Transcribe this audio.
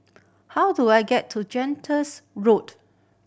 how do I get to Gentles Road